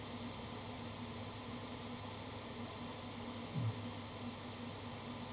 mm